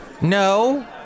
No